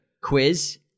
quiz